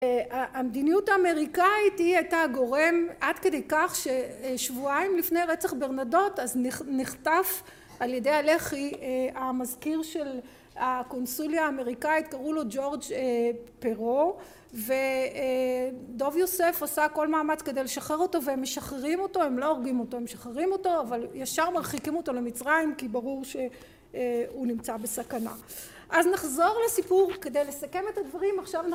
המדיניות האמריקאית היא הייתה הגורם עד כדי כך ששבועיים לפני רצח ברנדוט, אז נחטף על ידי הלח"י, המזכיר של הקונסוליה האמריקאית, קראו לו ג'ורג' פרו, ודב יוסף עשה כל מאמץ כדי לשחרר אותו והם משחררים אותו, הם לא הורגים אותו. הם משחררים אותו אבל ישר מרחיקים אותו למצרים, כי ברור שהוא נמצא בסכנה. אז נחזור לסיפור כדי לסכם את הדברים עכשיו